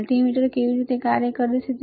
multimeter કેવી રીતે કાર્ય કરે છે